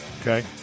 Okay